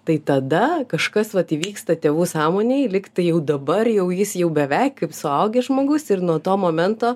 tai tada kažkas vat įvyksta tėvų sąmonėj lyg tai jau dabar jau jis jau beveik kaip suaugęs žmogus ir nuo to momento